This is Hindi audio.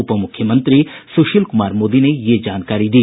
उपमुख्यमंत्री सुशील कुमार मोदी ने यह जानकारी दी